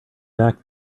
back